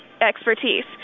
expertise